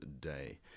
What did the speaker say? Day